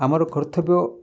ଆମର କର୍ତ୍ତବ୍ୟ